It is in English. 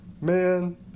man